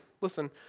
listen